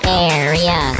area